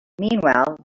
meanwhile